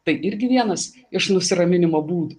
tai irgi vienas iš nusiraminimo būdų